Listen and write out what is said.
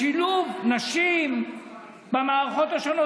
בשילוב נשים במערכות השונות,